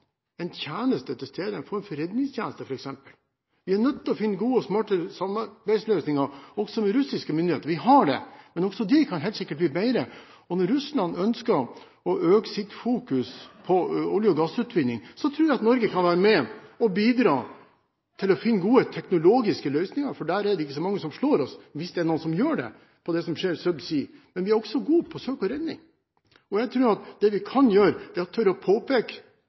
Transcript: finne gode og smartere samarbeidsløsninger også med russiske myndigheter. Vi har det, men de kan helt sikkert også bli bedre. Når Russland ønsker å øke sitt fokus på olje- og gassutvinning, tror jeg at Norge kan være med å bidra til å finne gode teknologiske løsninger, for det er ikke så mange som slår oss, hvis det er noen som gjør det, på det som skjer subsea. Men vi er også gode på søk og redning. Jeg tror at det vi kan gjøre, er å tørre å